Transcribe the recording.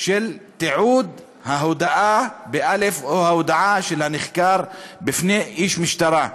של ההודאה או ההודעה של הנחקר בפני איש משטרה?